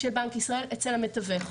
אצל המתווך.